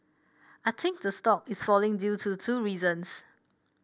I think the stock is falling due to two reasons